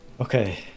Okay